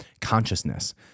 consciousness